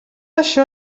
això